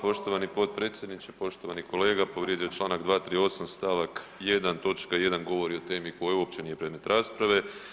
Poštovani potpredsjedniče, poštovani kolega povrijeđen je članak 238. stavak 1. točka 1. govori o temi koja uopće nije predmet rasprave.